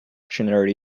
generally